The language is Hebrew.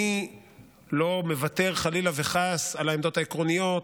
אני לא מוותר חלילה וחס על העמדות העקרוניות,